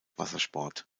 wassersport